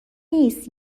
نیست